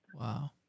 Wow